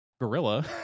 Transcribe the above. gorilla